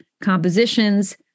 compositions